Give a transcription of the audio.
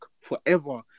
forever